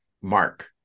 Mark